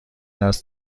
است